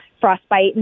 frostbite